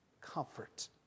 comfort